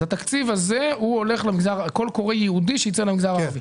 אז התקציב הזה הוא קול קורא ייעודי שייצא למגזר הערבי.